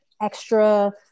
extra